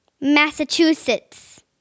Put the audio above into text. Massachusetts